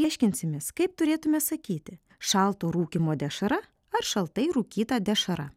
aiškinsimės kaip turėtume sakyti šalto rūkymo dešra ar šaltai rūkyta dešra